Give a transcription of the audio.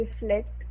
reflect